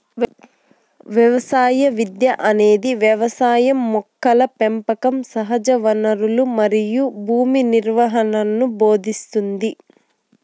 వ్యవసాయ విద్య అనేది వ్యవసాయం మొక్కల పెంపకం సహజవనరులు మరియు భూమి నిర్వహణను భోదింస్తుంది